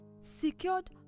secured